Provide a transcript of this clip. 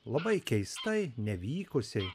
labai keistai nevykusiai